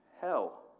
Hell